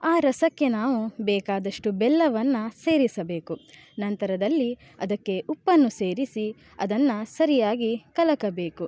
ಆ ರಸಕ್ಕೆ ನಾವು ಬೇಕಾದಷ್ಟು ಬೆಲ್ಲವನ್ನು ಸೇರಿಸಬೇಕು ನಂತರದಲ್ಲಿ ಅದಕ್ಕೆ ಉಪ್ಪನ್ನು ಸೇರಿಸಿ ಅದನ್ನು ಸರಿಯಾಗಿ ಕಲಕಬೇಕು